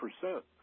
percent